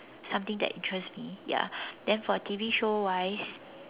something that interests me ya then for T_V show wise